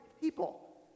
people